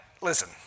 Listen